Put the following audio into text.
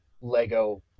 Lego